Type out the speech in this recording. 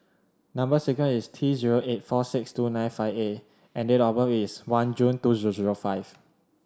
number sequence is T zero eight four six two nine five A and date of birth is one June two zero zero five